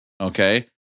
Okay